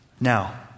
Now